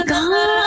God